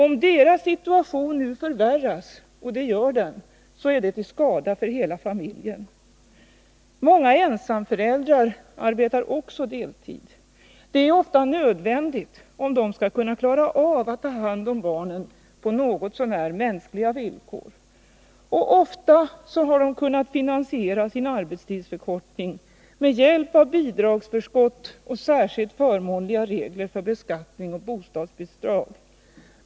Om deras situation nu förvärras — och det gör den — är det till skada för hela familjen. Många ensamföräldrar arbetar också deltid. Det är ofta nödvändigt om de skall kunna klara av att ta hand om barnen på något så när mänskliga villkor. Ofta har de kunnat finansiera sin arbetstidsförkortning med hjälp av bidragsförskott och särskilt förmånliga regler för beskattning och bostadsbidrag.